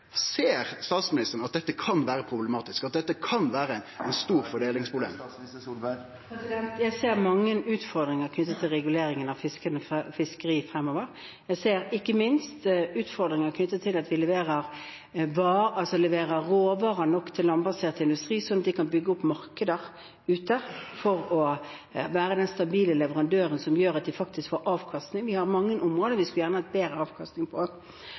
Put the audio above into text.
statsministeren at dette kan vere problematisk, at dette kan vere … Jeg ser mange utfordringer knyttet til reguleringen av fiskeri fremover. Jeg ser ikke minst utfordringer med å levere råvarer nok til landbasert industri slik at de kan bygge opp markeder ute for å være den stabile leverandøren som gjør at de faktisk får avkastning. Vi har mange områder vi gjerne skulle hatt bedre avkastning på.